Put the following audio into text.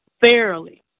fairly